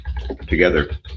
together